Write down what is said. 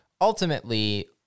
ultimately